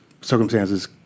Circumstances